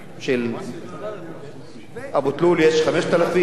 באבו-תלול יש 5,000,